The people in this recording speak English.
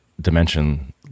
dimension